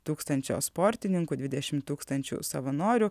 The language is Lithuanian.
tūkstančio sportininkų dvidešimt tūkstančių savanorių